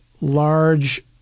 large